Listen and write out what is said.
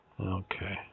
Okay